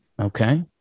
Okay